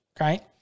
right